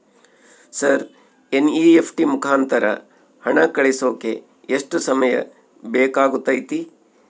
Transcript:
Sir NEFT ಮುಖಾಂತರ ಹಣ ಕಳಿಸೋಕೆ ಎಷ್ಟು ಸಮಯ ಬೇಕಾಗುತೈತಿ?